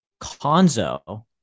Conzo